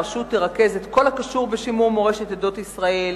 הרשות תרכז את כל הקשור בשימור מורשת עדות ישראל,